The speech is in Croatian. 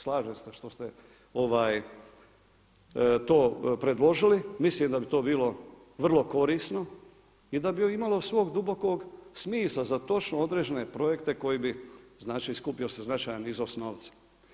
Slažem se što ste to predložili, mislim da to bilo vrlo korisno i da bi imalo svog dubokog smisla za točno određene projekte koje bi skupio se značajan iznos novca.